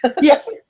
Yes